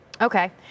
Okay